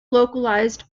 localised